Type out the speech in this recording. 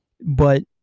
But-